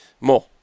More